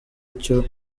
icyo